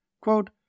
Quote